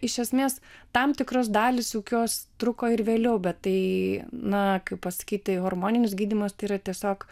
iš esmės tam tikros dalys juk jos truko ir vėliau bet tai na kaip pasakyti hormoninis gydymas tai yra tiesiog